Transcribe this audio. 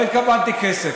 לא התכוונתי כסף.